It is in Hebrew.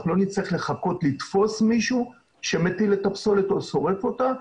אנחנו לא נצטרך לחכות לתפוס מישהו שמטיל את הפסולת או שורף אותה,